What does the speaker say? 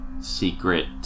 secret